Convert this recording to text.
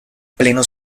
pleno